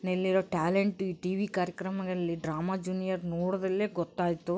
ನಲ್ಲಿರೊ talent TV ಕಾರ್ಯಕ್ರಮದಲ್ಲಿ drama junior ನೋಡಿದಲ್ಲೇ ಗೊತ್ತಾಯಿತು